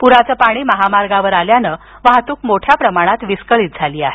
पुराचे पाणी महामार्गांवर आल्यानं वाहतूक मोठ्या प्रमाणावर विस्कळीत झाली आहे